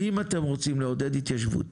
אם אתם רוצים לעודד התיישבות